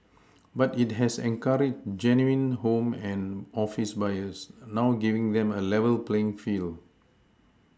but it has encouraged genuine home and office buyers now giving them a level playing field